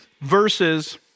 verses